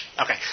Okay